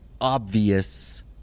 obvious